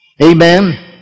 Amen